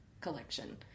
collection